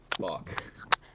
fuck